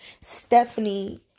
Stephanie